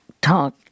talk